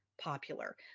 popular